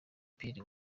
pierre